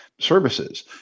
services